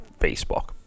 Facebook